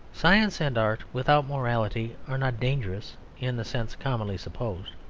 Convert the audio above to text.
science and art without morality are not dangerous in the sense commonly supposed.